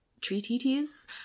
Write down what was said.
treaties